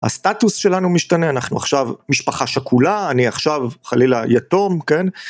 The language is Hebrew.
הסטטוס שלנו משתנה, אנחנו עכשיו משפחה שכולה, אני עכשיו חלילה יתום, כן?